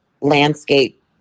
landscape